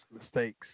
mistakes